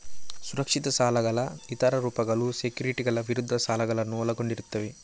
ಸುರಕ್ಷಿತ ಸಾಲಗಳ ಇತರ ರೂಪಗಳು ಸೆಕ್ಯುರಿಟಿಗಳ ವಿರುದ್ಧ ಸಾಲಗಳನ್ನು ಒಳಗೊಂಡಿರುತ್ತವೆ